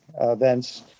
events